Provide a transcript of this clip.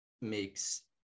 makes